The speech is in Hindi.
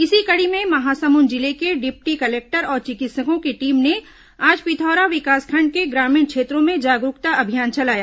इसी कड़ी में महासमुंद जिले के डिप्टी कलेक्टर और चिकित्सकों की टीम ने आज पिथौरा विकासखंड के ग्रामीण क्षेत्रों में जागरूकता अभियान चलाया